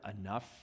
enough